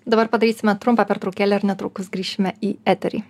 dabar padarysime trumpą pertraukėlę ir netrukus grįšime į eterį